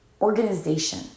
Organization